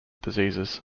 diseases